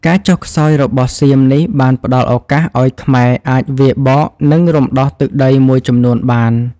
ការចុះខ្សោយរបស់សៀមនេះបានផ្ដល់ឱកាសឱ្យខ្មែរអាចវាយបក និងរំដោះទឹកដីមួយចំនួនបាន។